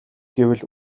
гэвэл